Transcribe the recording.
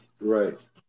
Right